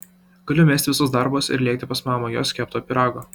galiu mesti visus darbus ir lėkti pas mamą jos kepto pyrago